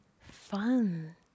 fun